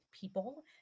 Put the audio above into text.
people